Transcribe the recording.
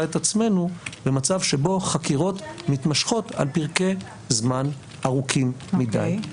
את עצמנו במצב שבו חקירות מתמשכות על פרקי זמן ארוכים מדי.